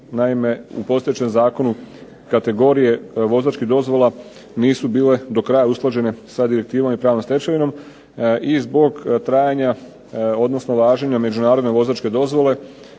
naime u postojećem zakonu kategorije vozačkih dozvola nisu bile do kraja usklađene sa direktivom i pravnom stečevinom, i zbog trajanja, odnosno važenja međunarodne vozačke dozvole